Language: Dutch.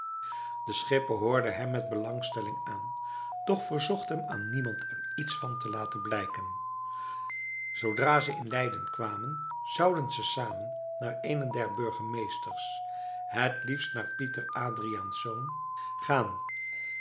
de schipper hoorde hem met belangstelling aan doch verzocht hem aan niemand er iets van te laten blijken zoodra ze in leiden kwamen zouden ze samen naar eenen der burgemeesters het liefst naar pieter adriaensz gaan